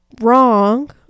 wrong